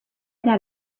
that